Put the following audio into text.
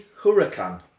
Huracan